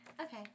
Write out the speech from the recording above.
Okay